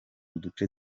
duce